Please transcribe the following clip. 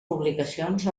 publicacions